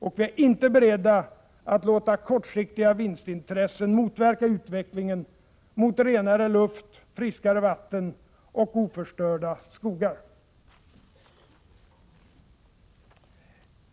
Och vi är inte beredda att låta kortsiktiga vinstintressen motverka utvecklingen mot renare luft, friskare vatten och oförstörda skogar.